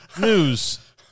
News